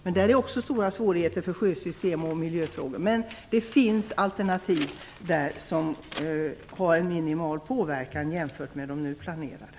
Men där är också stora svårigheter för sjösystem och miljöfrågor, men det finns alternativ där som innebär minimal påverkan jämfört med de nu planerade.